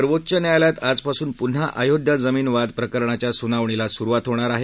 सर्वोच्च न्यायालयात आजपासून पुन्हा अयोध्या जमीन वाद प्रकरणाच्या सुनावणीला सुरुवात होणार आहे